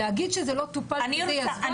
להגיד שזה לא טופל ובגלל זה היא עזבה?